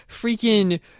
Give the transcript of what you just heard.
Freaking